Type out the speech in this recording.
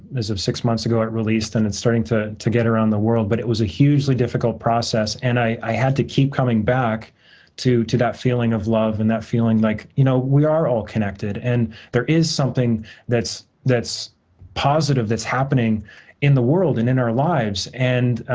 as of six months ago, it released, and it's starting to to get around the world. but, it was a hugely difficult process, and i had to keep coming back to to that feeling of love and that feeling like, you know, we are all connected, and there is something that's that's positive that's happening in the world and in our lives.